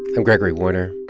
i'm gregory warner,